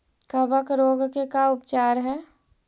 कबक रोग के का उपचार है?